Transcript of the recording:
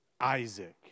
Isaac